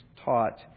taught